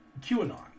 QAnon